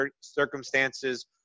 circumstances